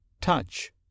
touch